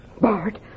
Bart